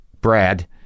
Brad